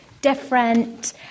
different